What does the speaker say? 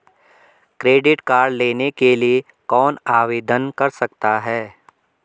Credit card लेने के लिए कौन आवेदन कर सकता है?